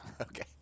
okay